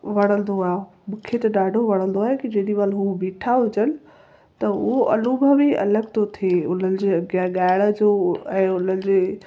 वणंदो आहे मूंखे त ॾाढो वणंदो आहे की जेॾीमहिल हू बीठा हुजनि त उहो अनूभव ई अलॻि थो थिए उन्हनि जे अॻियां ॻाएण जो ऐं उनजे